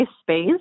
space